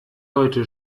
heute